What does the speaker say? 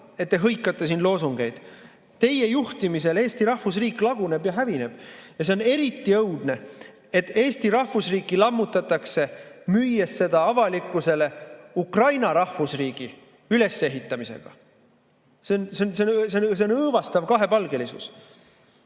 et te hõikate siin loosungeid. Teie juhtimisel Eesti rahvusriik laguneb ja hävineb. See on eriti õudne, et Eesti rahvusriiki lammutatakse, müües seda avalikkusele Ukraina rahvusriigi ülesehitamisena. See on õõvastav kahepalgelisus.